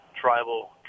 tribal